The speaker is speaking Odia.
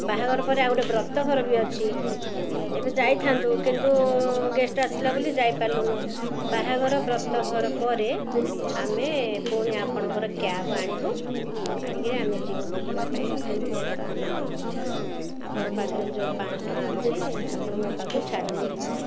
ବାହାଘର ପରେ ଆଉ ଗୋଟେ ବ୍ରତଘର ବି ଅଛି ଏବେ ଯାଇଥାନ୍ତୁ କିନ୍ତୁ ଗେଷ୍ଟ ଆସିଲା ବୋଲି ଯାଇପାରିଲୁନୁ ବାହାଘର ବ୍ରତଘର ପରେ ଆମେ ପୁଣି ଆପଣଙ୍କର କ୍ୟାବ ଆଣିବୁ ଆଣିକିରି ଆମେ ଯିବୁ ବୁଲିବା ପାଇଁ କିନ୍ତୁ ବର୍ତ୍ତମାନ ଆପଣଙ୍କ ପାଖରେ ଯେଉଁ ପାଁଶ ଟଙ୍କା ଅଛି ଆପଣ ମୋ ପାଖକୁ ଛାଡ଼ିଦେବେ